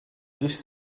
this